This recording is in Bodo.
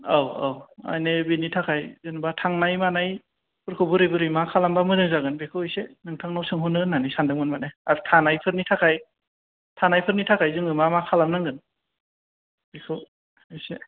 औ औ मानि बेनि थाखाय जेन'बा थांनाय मानाय फोरखौ बोरै बोरै मा खालामबा मोजां जागोन बेखौ इसे नोंथांनाव सोंहरनो होननानै सानदोंमोन माने आरो थानायफोरनि थाखाय थानायफोरनि थाखाय जोङो मा मा खालामनांगोन बेखौ इसे